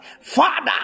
Father